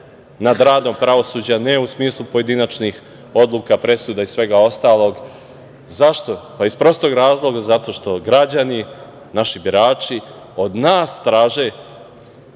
nad radom pravosuđa, ne u smislu pojedinačnih odluka, presuda i svega ostalog.Zašto? Iz prostog razloga, zato što građani, naši birači od nas traže,